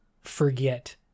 forget